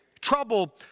trouble